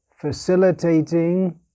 facilitating